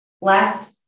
Last